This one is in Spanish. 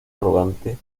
arrogante